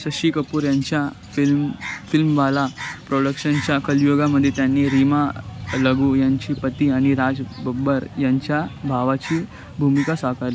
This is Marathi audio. शशी कपूर यांच्या फिल्म फिल्मवाला प्रोडक्शनच्या कलयुगामध्ये त्यांनी रीमा लघू यांची पती आणि राज बब्बर यांच्या भावाची भूमिका साकारली